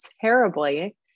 terribly